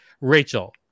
rachel